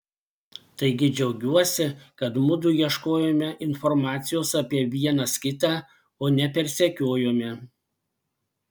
taigi džiaugiuosi kad mudu ieškojome informacijos apie vienas kitą o ne persekiojome